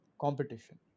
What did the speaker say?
competition